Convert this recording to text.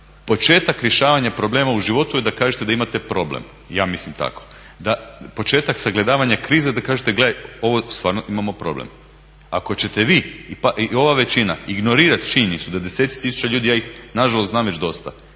početak rješavanja problema u životu je da kažete da imate problem, ja mislim tako. Početak sagledavanja krize da kažete gledaj ovo stvarno imamo problem. Ako ćete vi pa i ova većina ignorirati činjenicu da deseci tisuća ljudi, ja ih na žalost znam već dosta